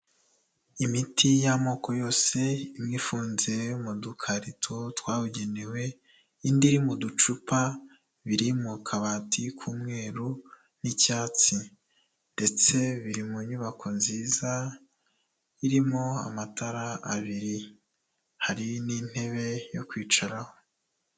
Imiti y'amoko yose, imwe ifunze mu dukarito twabugenewe, indi iri mu ducupa, biri mu kabati k'umweru n'icyatsi ndetse biri mu nyubako nziza, irimo amatara abiri. Hari n'intebe yo kwicaraho.